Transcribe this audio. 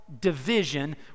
division